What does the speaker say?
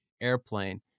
airplane